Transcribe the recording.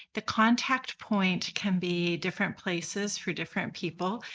the contact point can be different places for different people.